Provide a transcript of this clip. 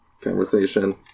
Conversation